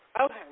Okay